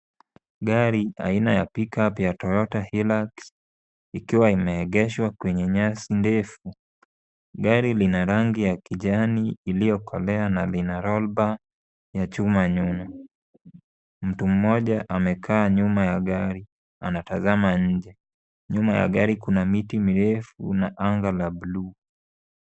Gari aina ya pickup ya Toyota Hillux ikiwa imeegeshwa kwenye nyasi ndefu. Gari lina rangi ya kijani iliyokolea na lina rollbump ya chuma nyuma. Mtu mmoja amekaa nyuma ya gari anatazama nje. Nyuma ya gari kuna miti mirefu na anga ya blue .